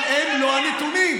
אבל הם לא הנתונים.